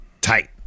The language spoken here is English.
Tight